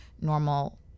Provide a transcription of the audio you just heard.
normal